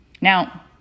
Now